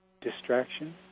distraction